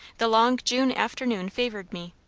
the long june afternoon favoured me.